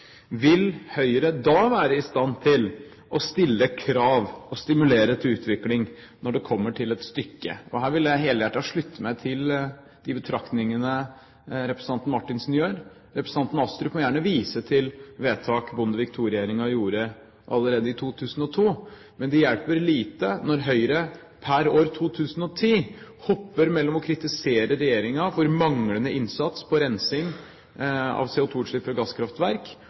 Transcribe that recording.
Vil Høyre da være i stand til å stille krav og stimulere til utvikling når det kommer til stykket? Her vil jeg helhjertet slutte meg til de betraktningene representanten Marthinsen gjør. Representanten Astrup må gjerne vise til vedtak Bondevik II-regjeringen gjorde allerede i 2002, men det hjelper lite når Høyre i 2010 hopper mellom å kritisere regjeringen for manglende innsats på rensing av CO2-utslipp fra gasskraftverk,